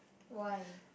why